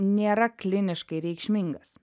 nėra kliniškai reikšmingas